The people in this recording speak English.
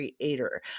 creator